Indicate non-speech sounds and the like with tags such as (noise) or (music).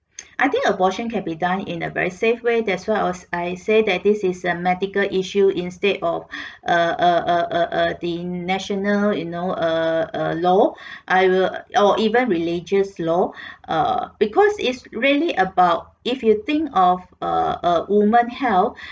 (noise) I think abortion can be done in a very safe way that's why I was I say that this is a medical issue instead of uh uh uh uh uh the national you know err err law I will or even religious law err because is really about if you think of a a woman health